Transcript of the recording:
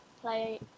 play